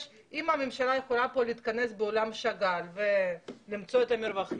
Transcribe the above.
אם הממשלה יכולה להתכנס באולם שגאל ולמצוא את המרווחים,